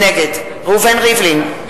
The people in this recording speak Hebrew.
נגד ראובן ריבלין,